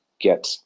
get